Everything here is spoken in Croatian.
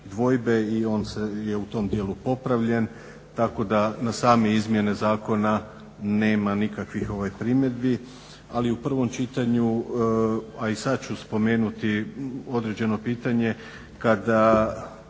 i on je u tom dijelu popravljen, tako da na same izmjene zakona nema nikakvih primjedbi. Ali u prvom čitanju a i sada ću spomenuti određeno pitanje, kada